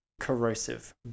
corrosive